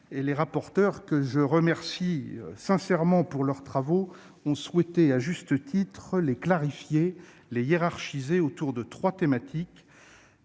Les rapporteurs, que je remercie de leurs travaux, ont souhaité, à juste titre, les clarifier et les hiérarchiser autour de trois thématiques